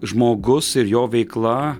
žmogus ir jo veikla